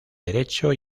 derecho